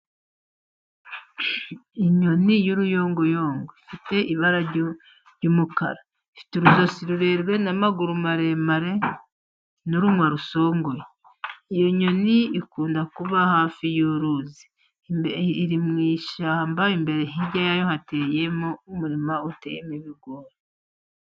Inyoni y'uruyungoyongo ifite ibara ry'umukara, ifite urujosi rurerure, n'amaguru maremare, n'urunwa rusongoye. Iyo nyoni ikunda kuba hafi y'uruzi. Iri mu ishyamba, imbere hirya yayo hateyemo umurima uteyemo ibigori.